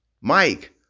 Mike